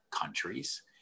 countries